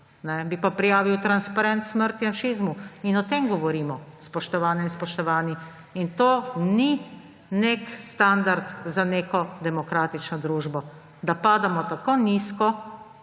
bi pa prijavil transparent »Smrt janšizmu«. O tem govorimo, spoštovane in spoštovani. To ni neki standard za neko demokratično družbo – da padamo tako nizko,